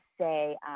say